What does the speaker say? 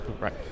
right